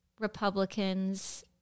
Republicans